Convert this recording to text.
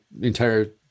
entire